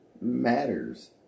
matters